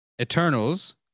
Eternals